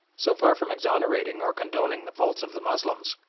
so far from exonerating or condoning the faults of the moslems,